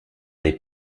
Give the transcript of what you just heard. les